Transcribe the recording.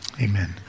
amen